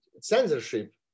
censorship